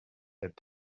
that